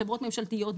בחברות ממשלתיות,